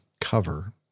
cover